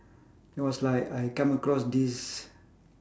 that was like I come across this